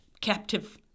captive